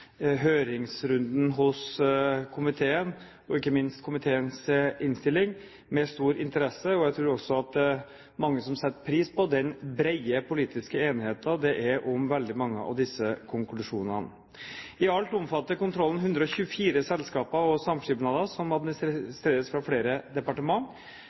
høringsrunden hos komiteen, og ikke minst komiteens innstilling, med stor interesse. Jeg tror også at det er mange som setter pris på den brede politiske enigheten det er om veldig mange av disse konklusjonene. I alt omfatter kontrollen 124 selskaper og samskipnader som